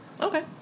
Okay